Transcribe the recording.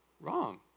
wrong